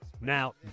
Now